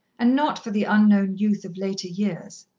and not for the unknown youth of later years.